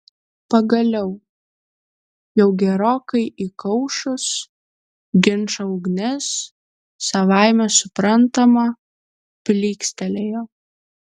pagaliau jau gerokai įkaušus ginčo ugnis savaime suprantama plykstelėjo